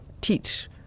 teach